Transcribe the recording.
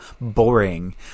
boring